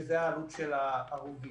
שזה העלות של ההרוגים.